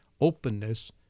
openness